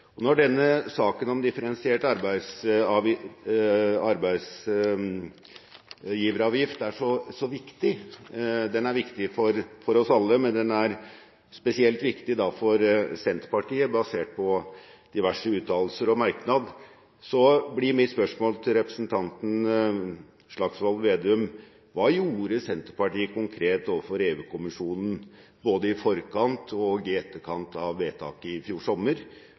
Men når den er spesielt viktig for Senterpartiet, basert på diverse uttalelser og på merknad, blir mitt spørsmål til representanten Slagsvold Vedum: Hva gjorde Senterpartiet konkret overfor EU-kommisjonen både i forkant og i etterkant av vedtaket i fjor sommer,